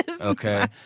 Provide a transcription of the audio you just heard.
Okay